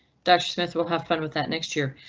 doctor smith will have fun with that next year.